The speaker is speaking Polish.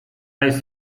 jest